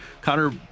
Connor